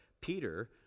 Peter